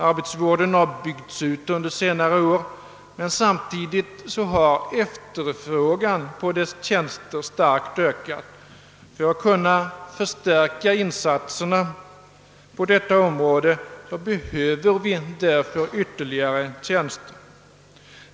Arbetsvården har byggts ut under senare år, men samtidigt har efterfrågan på dess tjänster starkt ökat. För att kunna förstärka insatserna på detta område behöver vi därför ytterligare tjänster.